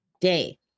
day